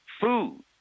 food